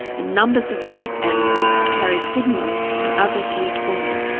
and numbers of pack animals to carry signallers and other gear forward.